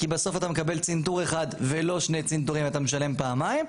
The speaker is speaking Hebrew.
כי בסוף אתה מקבל צנתור אחד ולא שני צנתורים ואתה משלם פעמיים.